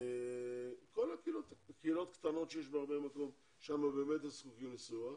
קהילות קטנות ששם באמת זקוקים לסיוע.